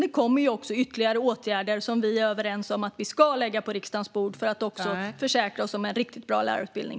Det kommer också ytterligare åtgärder som vi är överens om att vi ska lägga på riksdagens bord för att försäkra oss om en riktigt bra lärarutbildning.